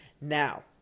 Now